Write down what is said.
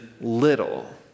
little